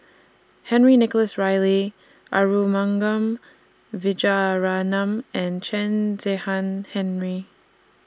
Henry Nicholas Ridley Arumugam Vijiaratnam and Chen Zehan Henri